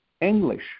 English